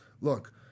look